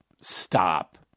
stop